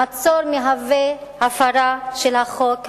המצור מהווה הפרה של החוק הבין-לאומי,